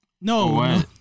no